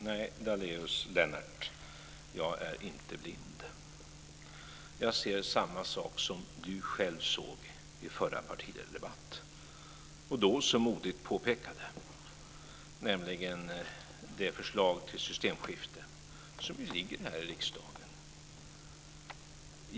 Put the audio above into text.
Fru talman! Nej, Daléus Lennart, jag är inte blind. Jag ser samma sak som Lennart Daléus själv såg i förra partiledardebatten och då så modigt påpekade, nämligen det förslag till systemskifte som ligger här i riksdagen.